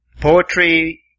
poetry